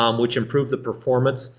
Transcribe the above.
um which improve the performance,